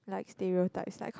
like stereotypes like cause